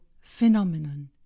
phenomenon